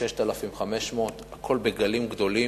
6,500. הכול בגלים גדולים,